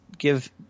Give